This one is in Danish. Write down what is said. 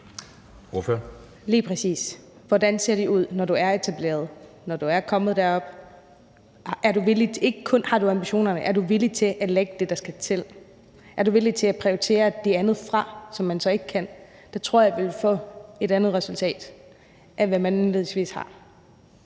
Hvordan ser det ud, når du er etableret og er kommet derop? Det er ikke kun, om du har ambitionerne, men også, om du er villig til at lægge det, der skal til, og er villig til at prioritere det andet fra, som man så ikke kan. Så tror jeg, at man ville få et andet resultat, end man indledningsvis har.